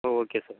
ah okay sir